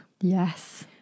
Yes